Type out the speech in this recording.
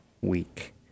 week